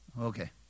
Okay